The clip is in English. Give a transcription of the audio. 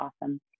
awesome